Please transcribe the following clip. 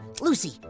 Lucy